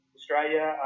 Australia